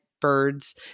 birds